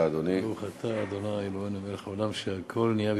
ברוך אתה ה' אלוהינו מלך העולם שהכול נהיה בדברו.